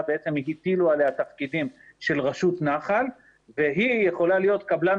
הטילו עליה תפקידים של רשות נחל והיא יכולה להיות קבלן